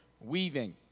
weaving